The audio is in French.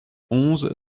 onze